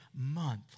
month